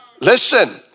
Listen